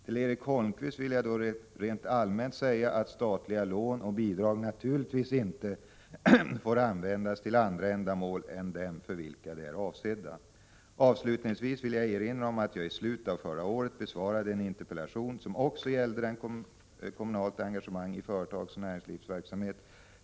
Till Erik Holmkvist kan jag rent allmänt säga att statliga lån och bidrag naturligtvis inte får användas till andra ändamål än dem för vilka de är avsedda. Avslutningsvis vill jag erinra om att jag i slutet av förra året besvarade en interpellation som också den gällde kommunalt engagemang i företagsoch näringslivsverksamhet.